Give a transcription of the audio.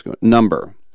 Number